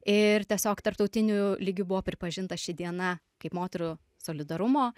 ir tiesiog tarptautiniu lygiu buvo pripažinta ši diena kaip moterų solidarumo